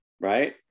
right